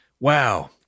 Wow